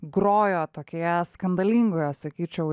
grojo tokioje skandalingoje sakyčiau